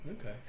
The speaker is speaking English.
Okay